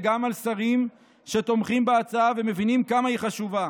וגם על שרים שתומכים בהצעה ומבינים כמה היא חשובה.